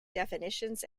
definitions